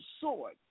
sword